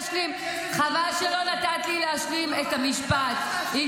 חבל שלא נתת לי להשלים את המשפט --- אני מכבדת